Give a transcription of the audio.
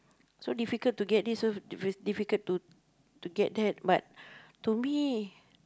so difficult to get this so difficult to to get that but to me